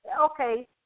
okay